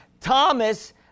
Thomas